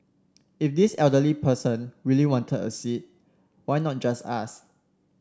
if this elderly person really wanted a seat why not just ask